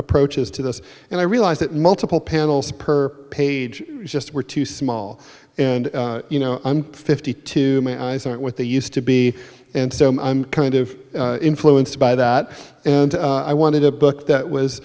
approaches to this and i realized that multiple panels per page just were too small and you know i'm fifty two my eyes aren't what they used to be and so i'm kind of influenced by that and i wanted a book that was